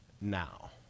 now